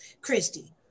Christy